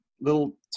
little